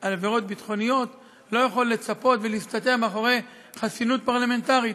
על עבירות ביטחוניות לא יכול לצפות ולהסתתר מאחורי חסינות פרלמנטרית.